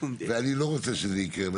ואני לא רוצה שזה יקרה.